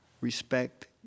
Respect